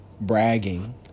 bragging